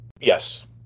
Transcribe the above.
Yes